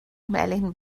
melyn